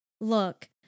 look